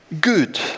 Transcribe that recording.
good